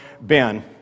Ben